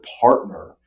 partner